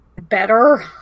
better